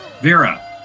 Vera